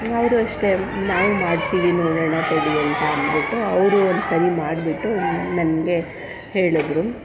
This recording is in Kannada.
ಅವರು ಅಷ್ಟೇ ನಾವು ಮಾಡ್ತೀವಿ ನೋಡೋಣ ತಡಿ ಅಂತ ಅಂದ್ಬಿಟ್ಟು ಅವರು ಒಂದ್ಸಲ ಮಾಡಿಬಿಟ್ಟು ನನ್ನ ನನಗೆ ಹೇಳಿದ್ರು